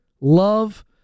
love